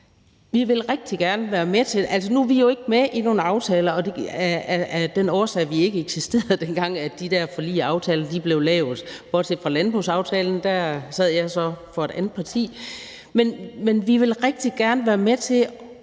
vi vil rigtig gerne være med til at